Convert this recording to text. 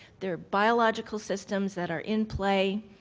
there are biological systems that are in play,